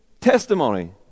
testimony